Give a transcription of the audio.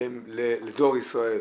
לדואר ישראל